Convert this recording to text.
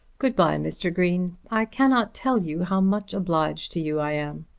good-bye, mr. green i cannot tell you how much obliged to you i am.